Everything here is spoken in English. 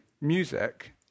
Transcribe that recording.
music